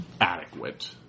adequate